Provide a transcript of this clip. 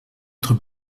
être